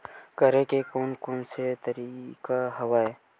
करे के कोन कोन से तरीका हवय?